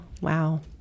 Wow